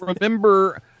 remember